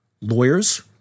lawyers